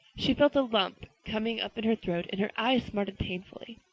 she felt a lump coming up in her throat and her eyes smarted painfully.